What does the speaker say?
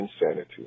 insanity